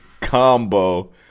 combo